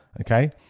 okay